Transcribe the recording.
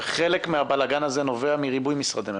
חלק מהבלגן נובע מריבוי משרדי ממשלה.